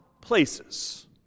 places